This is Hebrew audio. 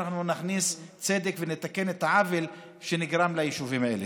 שאנחנו נכניס צדק ונתקן את העוול שנגרם ליישובים האלה.